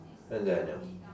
and daniel